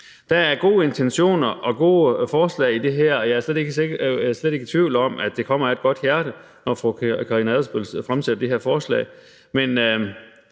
Der er gode intentioner og gode forslag i det her, og jeg er slet ikke i tvivl om, at det kommer af et godt hjerte, når fru Karina Adsbøl fremsætter det her forslag,